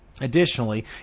Additionally